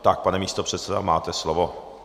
Tak, pane místopředsedo, máte slovo.